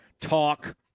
talk